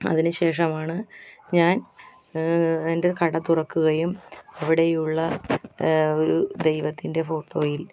അതിന് ശേഷമാണ് ഞാൻ കട തുറക്കുകയും ഇവിടെയുള്ള ഒരു ദൈവത്തിൻ്റെ ഫോട്ടോയിൽ